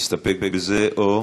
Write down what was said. להסתפק בזה או,